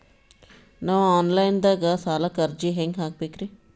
ನಾವು online ದಾಗ ಸಾಲಕ್ಕ ಅರ್ಜಿ ಹೆಂಗ ಹಾಕಬೇಕ್ರಿ?